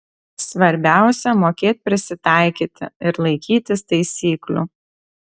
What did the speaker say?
svarbiausia mokėt prisitaikyti ir laikytis taisyklių